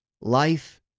Life